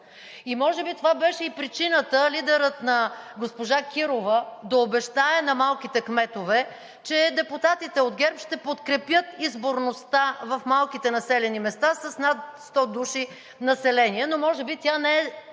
И може би това беше и причината лидерът на госпожа Кирова да обещае на малките кметове, че депутатите от ГЕРБ ще подкрепят изборността в малките населени места с над 100 души население. Но може би тя не е